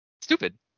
Stupid